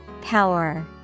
Power